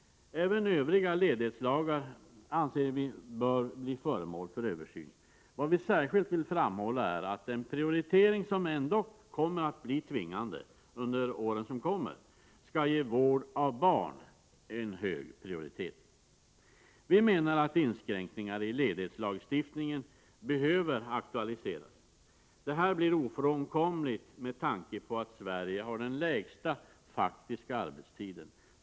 Även övriga ledighetsdagar anser vi bör bli föremål för översyn. Vad vi särskilt vill framhålla är att den prioritering som vi ändå kommer att tvingas till under de år som kommer skall innebära hög prioritet när det gäller barn. Vi menar att inskränkningar i ledighetslagstiftningen behöver aktualiseras. Det blir ofrånkomligt med tanke på att Sverige har den lägsta faktiska arbetstiden.